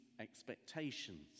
expectations